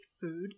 food